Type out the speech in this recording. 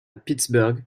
pittsburgh